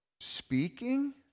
speaking